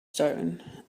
stone